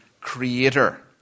creator